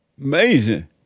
Amazing